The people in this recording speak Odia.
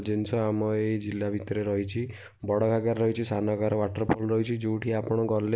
ଜିନିଷ ଆମ ଏଇ ଜିଲ୍ଲା ଭିତରେ ରହିଛି ବଡ଼ ଘାଗରା ରହିଛି ସାନ ଘାର ୱାଟର୍ ଫଲ୍ ରହିଛି ଯେଉଁଠି ଆପଣ ଗଲେ